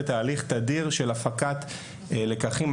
בתהליך תדיר של הפקת לקחים.